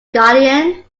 guardian